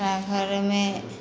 हमरा घरमे